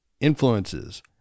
influences